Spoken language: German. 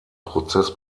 prozess